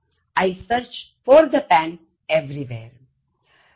I searched for the pen everywhere